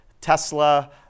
Tesla